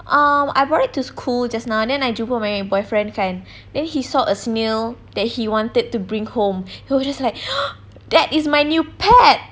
um I brought it to school just now then I jumpa my boyfriend kan then he saw a snail that he wanted to bring home he was just like that is my new pet